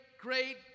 great